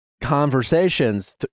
conversations